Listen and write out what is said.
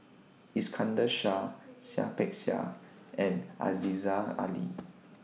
Iskandar Shah Seah Peck Seah and Aziza Ali